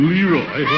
Leroy